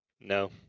No